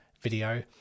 video